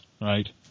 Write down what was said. right